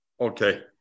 Okay